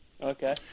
Okay